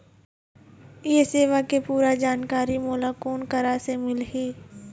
ये सेवा के पूरा जानकारी मोला कोन करा से मिलही?